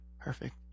Perfect